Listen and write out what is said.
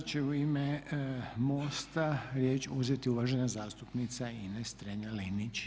Sada će u ime MOSTA riječ uzeti uvažena zastupnica Ines Strenja-Linić.